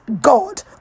God